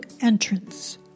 entrance